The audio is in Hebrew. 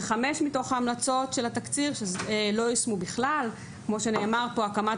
וחמש מתוך המלצות התקציר לא יושמו בכלל; כמו שנאמר פה: הקמת